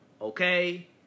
okay